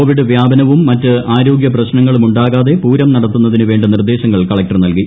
Covid വ്യാപനവും മറ്റ് ആരോഗ്യ പ്രശ്നങ്ങളുമുണ്ടാകാതെ പൂരം നടത്തുന്നതിന് വേണ്ട നിർദ്ദേശങ്ങൾ കലക്ടർ നൽകി